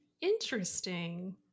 Interesting